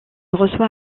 reçoit